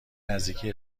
نزدیکی